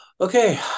okay